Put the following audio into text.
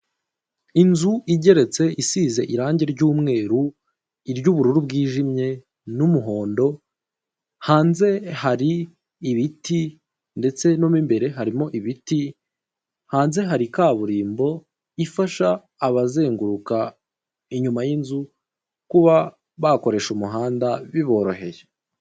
Inzu igeretse isize irangi ry'umweru, iry'ubururu bwijimye, n'umuhondo, hanze hari ibiti ndetse no mo imbere harimo ibiti, hanze hari kaburimbo ifasha abazenguruka inyuma y'inzu kuba bakoresha umuhanda biboroheye.